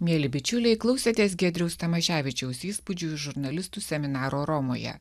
mieli bičiuliai klausėtės giedriaus tamoševičiaus įspūdžius žurnalistų seminaro romoje